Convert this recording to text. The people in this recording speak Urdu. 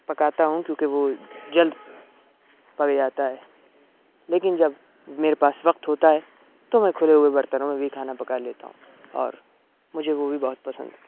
پکاتا ہوں کیونکہ وہ جلد پک جاتا ہے لیکن جب میرے پاس وقت ہوتا ہے تو میں کھلے ہوئے برتنوں میں بھی کھانا پکا لیتا ہوں اور مجھے وہ بھی بہت پسند ہے